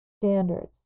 standards